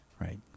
Right